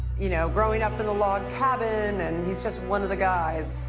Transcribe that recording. you know, growing up in a log cabin and he's just one of the guys.